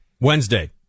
Wednesday